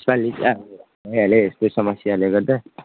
यसपालि चाहिँ अब भइहाल्यो यस्तै समस्याले गर्दा